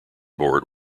board